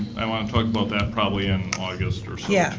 i want to talk about that probably in august or yeah